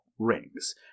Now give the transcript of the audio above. rings